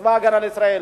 בצבא-ההגנה לישראל,